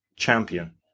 champion